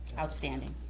outstanding.